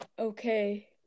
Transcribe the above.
Okay